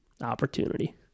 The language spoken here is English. opportunity